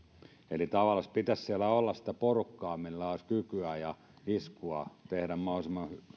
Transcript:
eli tavallansa pitäisi siellä olla sitä porukkaa millä olisi kykyä ja iskua tehdä mahdollisimman